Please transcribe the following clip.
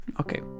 Okay